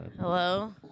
Hello